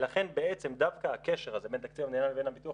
ולכן בעצם דווקא הקשר הזה בין תקציב המדינה לבין הביטוח